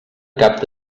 cap